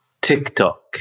TikTok